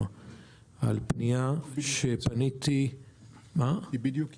על פנייה שפניתי --- היא בדיוק יצאה.